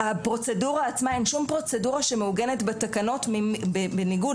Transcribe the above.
אין שום פרוצדורה שמעוגנת בתקנות בניגוד